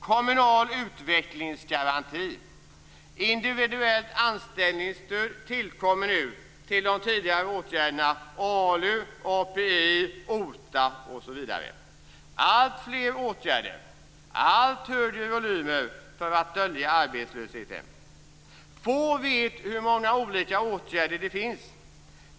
Kommunal utväxlingsgaranti och individuellt anställningsstöd tillkommer nu till de tidigare åtgärderna ALU, API, OTA, osv. - alltfler åtgärder och allt högre volymer för att dölja arbetslösheten. Få vet hur många olika åtgärder det finns.